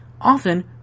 Often